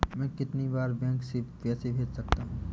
मैं कितनी बार बैंक से पैसे भेज सकता हूँ?